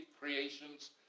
creations